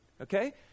Okay